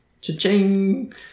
Cha-ching